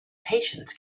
patience